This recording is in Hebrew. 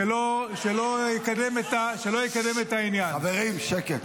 -- שלא יקדם את העניין -- חברים, שקט.